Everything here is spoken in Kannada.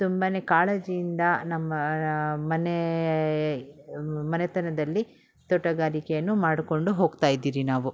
ತುಂಬ ಕಾಳಜಿಯಿಂದ ನಮ್ಮ ಮನೆ ಮನೆತನದಲ್ಲಿ ತೋಟಗಾರಿಕೆಯನ್ನು ಮಾಡಿಕೊಂಡು ಹೋಗ್ತಾಯಿದೀರಿ ನಾವು